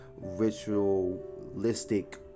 ritualistic